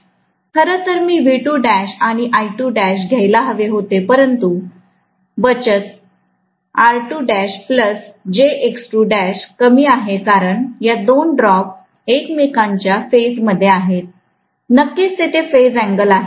खरंतर मी आणि घ्यायला हवे होते आणि परंतु बचत कमी आहे कारण या दोन ड्रॉप्स एकमेकांच्या फेज मद्धे आहेत नक्कीच तिथे फेज अँगल आहे